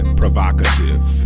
provocative